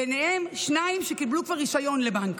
ביניהם שניים שקיבלו כבר רישיון בנק.